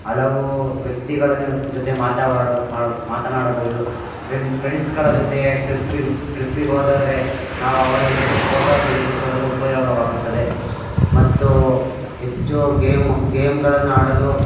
ಹಲವು ವ್ಯಕ್ತಿಗಳ ಜೊತೆ ಮಾತನಾಡ ಮಾತನಾಡಬಹುದು ಫ್ರೆಂಡ್ ಫ್ರೆಂಡ್ಸ್ಗಳ ಜೊತೆ ಟ್ರಿಪ್ಪಿಗೆ ಟ್ರಿಪ್ಪಿಗೆ ಹೋದ್ರೆ ನಾವು ಅವರನ್ನ ಜೊತೆ ಫೋಟೋ ತೆಗೆದುಕೊಳ್ಳಲು ಉಪಯೋಗವಾಗುತ್ತದೆ ಮತ್ತು ಹೆಚ್ಚು ಗೇಮ್ ಗೇಮ್ಗಳನ್ನು ಆಡಲು